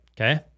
okay